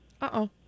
Uh-oh